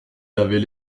avaient